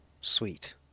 Sweet